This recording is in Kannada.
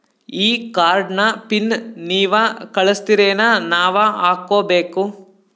ಈ ಕಾರ್ಡ್ ನ ಪಿನ್ ನೀವ ಕಳಸ್ತಿರೇನ ನಾವಾ ಹಾಕ್ಕೊ ಬೇಕು?